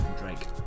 Drake